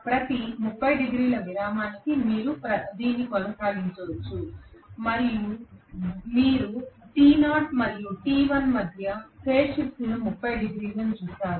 ప్రతి 30 డిగ్రీల విరామానికి మీరు దీన్ని కొనసాగించవచ్చు మీరు t0 మరియు t1 మధ్య ఫేజ్ షిఫ్ట్ 30 డిగ్రీలు అని చూస్తారు